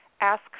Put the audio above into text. ask